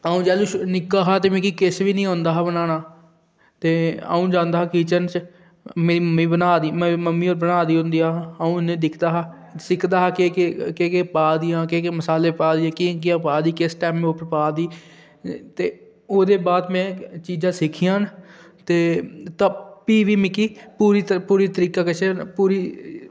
अं'ऊ जैलूं निक्का हा ते मिगी किश बी निं औंदा हा बनाना ते अं'ऊ जंदा हा किचन च ते मेरी मम्मी बनांदी मेरी मम्मी होर बनांदी होंदियां हियां अं'ऊ उ'नेंगी दिखदा होंदा हा सिखदा हा के केह् केह् पादियां केह् मसाले पा दे किस टैमां पर पा दी ते ओह्दे बाद में चीज़ा सिक्खियां ते भी बी मिगी पूरी तरीकै कशा पूरी